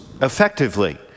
effectively